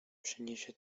przyniesie